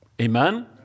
Amen